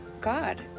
God